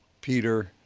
peter,